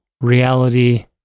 reality